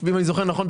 אם אני זוכר נכון,